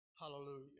Hallelujah